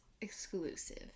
exclusive